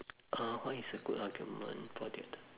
uh what is a good argument for that